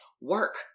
work